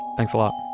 thanks a lot